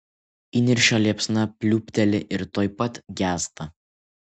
įniršio liepsna pliūpteli ir tuoj pat gęsta